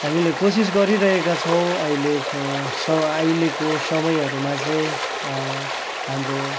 हामीले कोसिस गरिरहेका छौँ अहिलेको अहिलेको समयहरूमा चाहिँ हाम्रो